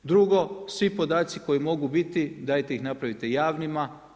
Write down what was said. Drugo, svi podaci koji mogu biti dajte ih napravite javnima.